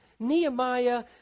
Nehemiah